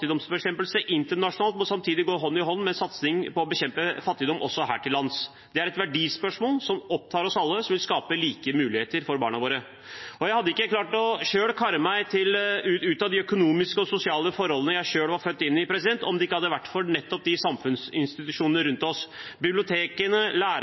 internasjonalt må samtidig gå hånd i hånd med satsing på å bekjempe fattigdom også her til lands. Det er et verdispørsmål som opptar alle oss som vil skape like muligheter for barna våre. Jeg hadde ikke selv klart å karre meg ut av de økonomiske og sosiale forholdene jeg var født inn i, om det ikke hadde vært for nettopp samfunnsinstitusjonene rundt oss, bibliotekene, lærerne, de